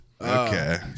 Okay